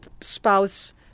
spouse